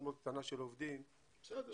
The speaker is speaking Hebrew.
מאוד קטנה של עובדים שבסוף --- בסדר,